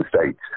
States